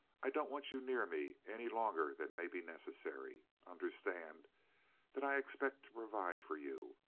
i don't want you near me any longer than may be necessary. understand that i expect to provide for you.